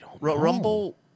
Rumble